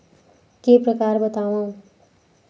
के प्रकार बतावव?